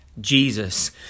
Jesus